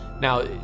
Now